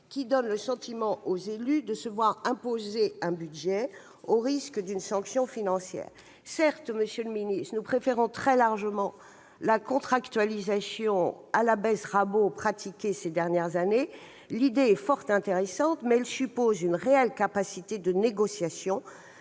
donne aux élus l'impression de se voir imposer un budget, au risque d'une sanction financière. Certes, monsieur le ministre, nous préférons très largement la contractualisation au coup de rabot de ces dernières années. L'idée est fort intéressante, mais elle suppose une réelle capacité de négociation,